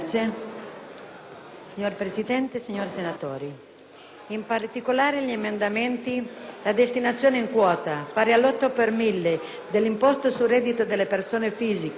In particolare questi emendamenti riguardano la destinazione di una quota, pari all'8 per mille dell'imposta sul reddito delle persone fisiche, liquidata dagli uffici sulla base di dichiarazioni annuali,